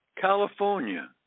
California